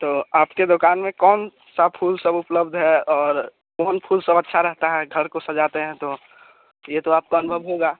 तो आपकी दोकान में कौन से फूल सब उपलब्ध हैं और कौन फूल सब अच्छा रहता है घर को सजाते हैं तो ये तो आपको अनुभब होगा